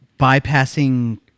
bypassing